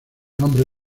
nombre